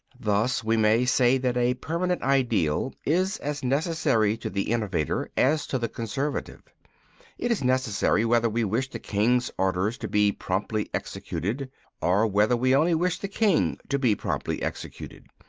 thus we may say that a permanent ideal is as necessary to the innovator as to the conservative it is necessary whether we wish the king's orders to be promptly executed or whether we only wish the king to be promptly executed.